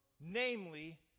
Namely